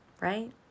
right